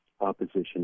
opposition